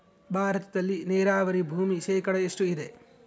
ಭಾರತದಲ್ಲಿ ನೇರಾವರಿ ಭೂಮಿ ಶೇಕಡ ಎಷ್ಟು ಇದೆ?